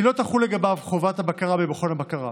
כי לא תחול לגביו חובת בקרה במכון הבקרה.